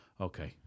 okay